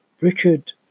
Richard